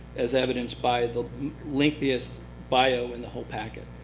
as evidenced by the lengthiest bio in the whole packet.